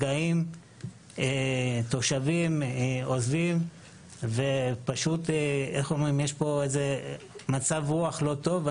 תושבים עוזבים ויש פה מצב רוח לא טוב.